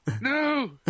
no